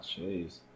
Jeez